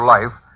Life